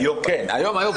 היום, היום.